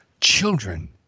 children